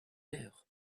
air